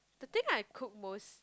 the thing I cook most